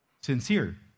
sincere